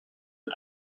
had